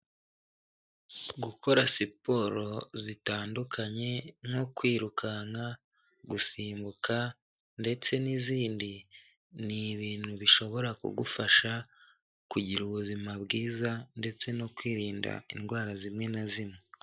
Gukora siporo zitandukanye nko kwirukanka, gusimbuka ndetse n'izindi, ni ibintu bishobora kugufasha kugira ubuzima bwiza ndetse no kwirinda indwara zimwe na zimwe.